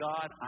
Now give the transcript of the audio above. God